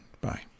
bye